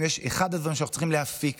אחד הדברים שאנו צריכים להפיק